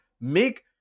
make